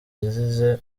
yazize